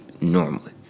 normally